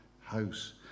house